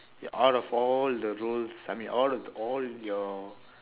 out of all the roles I mean out of all your